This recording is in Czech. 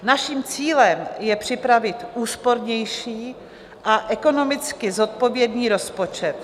Naším cílem je připravit úspornější a ekonomicky zodpovědný rozpočet.